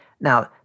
Now